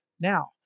Now